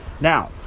Now